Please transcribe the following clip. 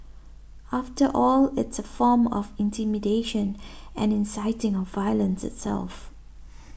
after all it's a form of intimidation and inciting of violence itself